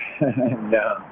No